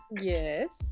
Yes